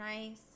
nice